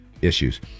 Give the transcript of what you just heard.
issues